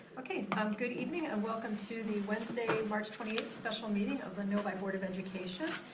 okay, um good evening and welcome to the wednesday, march twenty eighth special meeting of the novi board of education.